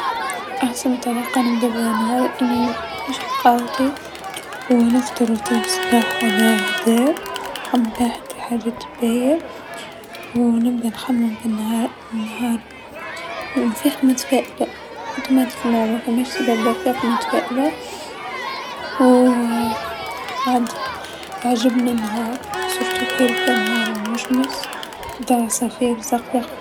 أحسن طريقه نبدا بيها نهاري أني نشرب قهوتي و نفطر فطور صباح على الهدى، نخمم فيها في حاجات باهيا و نبدا نخمم في النهار-نهار، نفيق متفائله، كيما قاتلك ماما مفماش سبه باه نفيق متفائله و عندي- عجبني النهار خاصة كيبدا النهار مشمس نتاع عصافير الزقزقا.